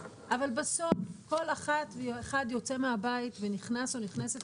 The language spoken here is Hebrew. אבל בסוף כל אחת ואחד יוצא מהבית ונכנס או נכנסת